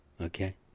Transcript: Okay